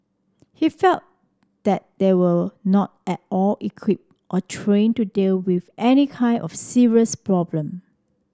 he felt that they were not at all equip or trained to dealt with any kind of serious problem